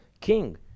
king